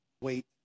wait